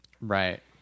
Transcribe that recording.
Right